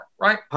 right